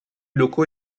locaux